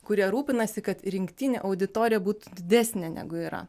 kurie rūpinasi kad rinktinė auditorija būtų didesnė negu yra